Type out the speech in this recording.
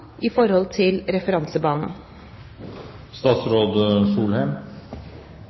i forhold til